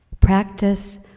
Practice